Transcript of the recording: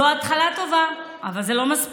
זו התחלה טובה, אבל זה לא מספיק.